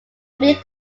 big